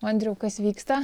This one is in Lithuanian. andriau kas vyksta